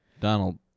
Donald